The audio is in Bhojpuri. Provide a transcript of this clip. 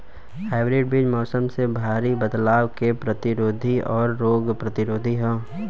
हाइब्रिड बीज मौसम में भारी बदलाव के प्रतिरोधी और रोग प्रतिरोधी ह